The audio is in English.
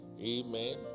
Amen